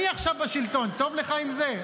אני עכשיו בשלטון, טוב לך עם זה?